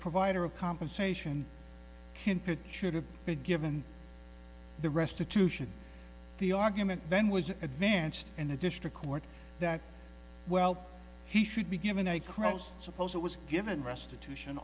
provider of compensation should have been given the restitution the argument then was advanced in a district court that well he should be given a cross suppose it was given restitution